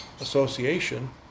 association